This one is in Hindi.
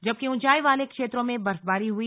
जबकि ऊंचाई वाले क्षेत्रों में बर्फबारी हुई